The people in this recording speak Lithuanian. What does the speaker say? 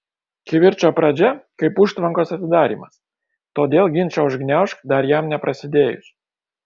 kivirčo pradžia kaip užtvankos atidarymas todėl ginčą užgniaužk dar jam neprasidėjus